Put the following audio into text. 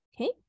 Okay